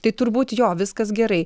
tai turbūt jo viskas gerai